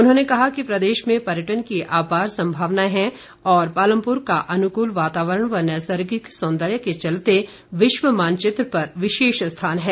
उन्होंने कहा कि प्रदेश में पर्यटन की अपार संभावनाएं है और पालमपुर का अनुकूल वातावरण व नैसर्गिक सौंदर्य के चलते विश्व मानचित्र पर विशेष स्थान है